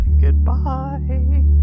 Goodbye